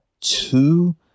two